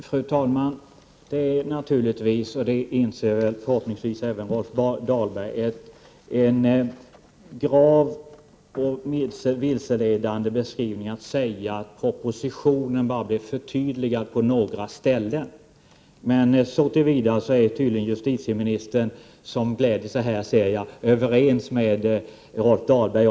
Fru talman! Förhoppningsvis inser även Rolf Dahlberg att det naturligtvis är vilseledande att säga att propositionen bara blev förtydligad på några punkter genom den behandling som skett. Så till vida är uppenbarligen justitieministern, som jag ser glädja sig, överens med Rolf Dahlberg.